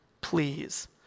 please